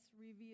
reveal